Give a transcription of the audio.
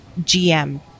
GM